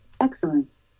Excellent